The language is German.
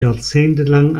jahrzehntelang